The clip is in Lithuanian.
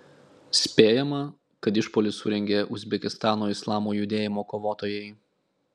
spėjama kad išpuolį surengė uzbekistano islamo judėjimo kovotojai